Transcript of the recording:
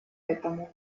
этому